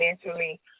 financially